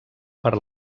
per